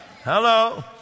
Hello